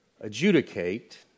adjudicate